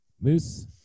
Moose